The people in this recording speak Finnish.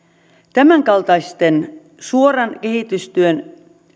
tämänkaltaisen suoran kehitystyön